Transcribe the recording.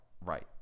right